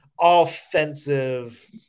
offensive